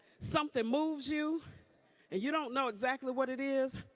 something moves you, and you don't know exactly what it is,